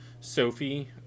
Sophie